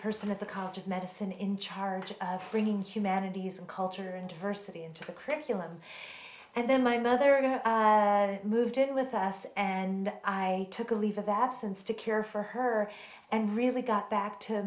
person at the college of medicine in charge of bringing humanities culture and diversity into the curriculum and then my mother moved in with us and i took a leave of absence to care for her and really got back to